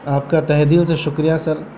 آپ کا تہ دل سے شکریہ سر